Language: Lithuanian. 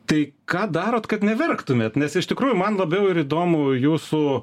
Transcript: tai ką darot kad neverktumėt nes iš tikrųjų man labiau ir įdomu jūsų